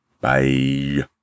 Bye